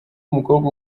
umukobwa